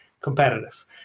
competitive